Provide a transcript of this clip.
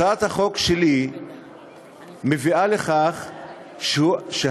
הצעת החוק שלי מביאה לכך שהאיש,